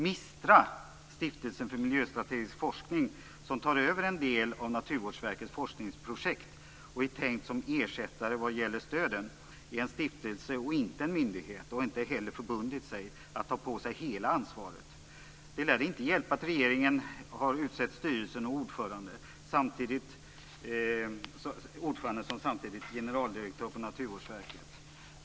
MISTRA, Stiftelsen för miljöstrategisk forskning, som tar över en del av Naturvårdsverkets forskningsprojekt och är tänkt som ersättare vad gäller stöden, är en stiftelse och inte en myndighet och har inte heller förbundit sig att ta på sig hela ansvaret. Det lär inte hjälpa att regeringen har utsett styrelsen och att ordföranden samtidigt är generaldirektör på Naturvårdsverket.